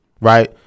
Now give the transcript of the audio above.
right